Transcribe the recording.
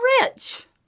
rich